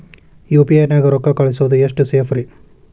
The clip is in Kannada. ಯು.ಪಿ.ಐ ನ್ಯಾಗ ರೊಕ್ಕ ಕಳಿಸೋದು ಎಷ್ಟ ಸೇಫ್ ರೇ?